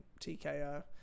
TKO